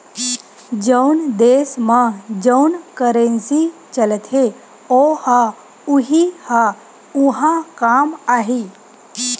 जउन देस म जउन करेंसी चलथे ओ ह उहीं ह उहाँ काम आही